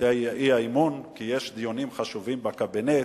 האי-אמון כי יש דיונים חשובים בקבינט,